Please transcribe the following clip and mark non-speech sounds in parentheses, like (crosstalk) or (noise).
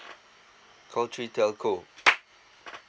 call three telco (noise)